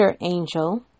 angel